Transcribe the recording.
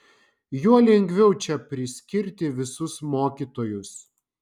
juo lengviau čia priskirti visus mokytojus